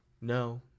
No